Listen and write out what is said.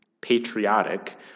patriotic